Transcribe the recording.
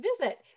visit